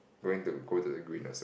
going to go to the green also